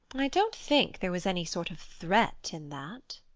i don't think there was any sort of threat in that.